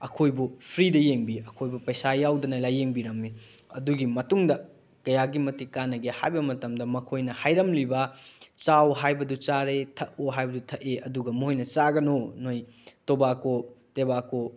ꯑꯩꯈꯣꯏꯕꯨ ꯐ꯭ꯔꯤꯗ ꯌꯦꯡꯕꯤ ꯑꯩꯈꯣꯏꯕꯨ ꯄꯩꯁꯥ ꯌꯥꯎꯗꯅ ꯂꯥꯏꯌꯦꯡꯕꯤꯔꯝꯃꯤ ꯑꯗꯨꯒꯤ ꯃꯇꯨꯡꯗ ꯀꯌꯥꯒꯤ ꯃꯇꯤꯛ ꯀꯥꯟꯅꯒꯦ ꯍꯥꯏꯕ ꯃꯇꯝꯗ ꯃꯈꯣꯏꯅ ꯍꯥꯏꯔꯝꯂꯤꯕ ꯆꯥꯎ ꯍꯥꯏꯕꯗꯨ ꯆꯥꯔꯦ ꯊꯛꯎ ꯍꯥꯏꯕꯗꯨ ꯊꯛꯏ ꯑꯗꯨꯒ ꯃꯣꯏꯅ ꯆꯥꯒꯅꯨ ꯅꯣꯏ ꯇꯣꯕꯥꯀꯣ ꯇꯣꯕꯥꯀꯣ